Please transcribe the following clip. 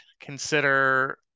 consider